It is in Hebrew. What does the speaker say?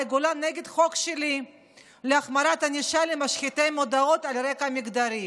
גולן נגד חוק שלי להחמרת הענישה למשחיתי מודעות על רקע מגדרי.